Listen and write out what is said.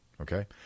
okay